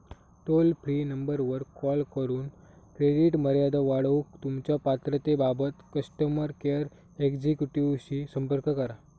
toll free नंबरवर call करून credit मर्यादा वाढवूक तुमच्यो पात्रतेबाबत कस्टमर केअर एक्झिक्युटिव्हशी संपर्क करा